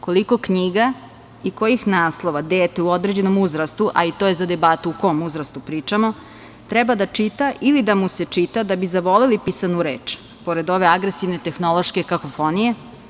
Koliko knjiga i kojih naslova dete u određenom uzrastu, a i to je za debatu o kom uzrastu pričamo, treba da čita ili da mu se čita da bi zavoleli pisanu reč, pored ove agresivne tehnološke kakofonije?